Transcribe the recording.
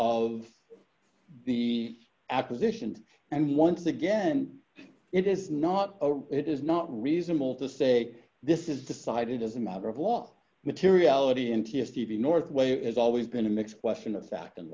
of the acquisitions and once again it is not it is not reasonable to say this is decided as a matter of law materiality in t f t p northway it has always been a mix question of fact and